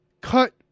cut